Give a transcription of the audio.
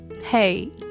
hey